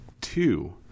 two